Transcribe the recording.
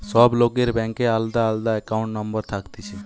সব লোকের ব্যাংকে আলদা আলদা একাউন্ট নম্বর থাকতিছে